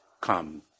come